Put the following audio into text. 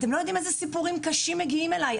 אתם לא יודעים איזה סיפורים קשים מגיעים אליי.